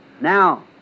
Now